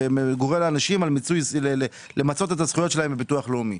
שקורא לאנשים למצות את הזכויות שלהם בביטוח לאומי.